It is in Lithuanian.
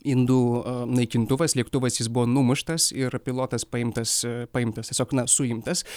indų naikintuvas lėktuvas jis buvo numuštas ir pilotas paimtas paimtas tiesiog na suimtas